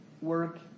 work